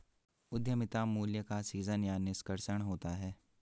उद्यमिता मूल्य का सीजन या निष्कर्षण होता है